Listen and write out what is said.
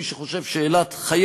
הוא פתרון שנותן את מה שאילת צריכה.